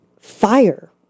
fire